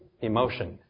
emotion